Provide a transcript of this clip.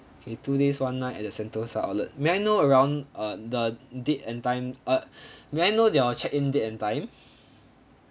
okay two days one night at the sentosa outlet may I know around uh the date and time uh may I know your check-in date and time